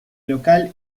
local